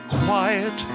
quiet